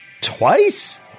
twice